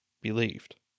believed